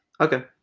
Okay